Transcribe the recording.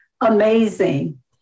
amazing